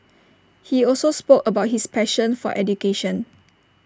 he also spoke about his passion for education